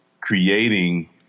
creating